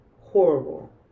Horrible